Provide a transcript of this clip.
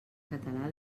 català